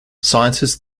scientists